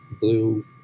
blue